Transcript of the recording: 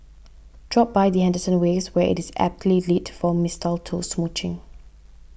drop by the Henderson Waves where it is aptly lit for mistletoe smooching